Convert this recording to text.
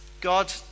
God